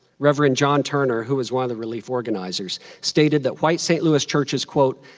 reverend john turner, who was one of the relief organizers, stated that white st. louis churches, quote,